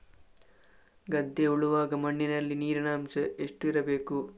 ಗದ್ದೆ ಉಳುವಾಗ ಮಣ್ಣಿನಲ್ಲಿ ನೀರಿನ ಅಂಶ ಎಷ್ಟು ಇರಬೇಕು?